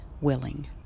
willing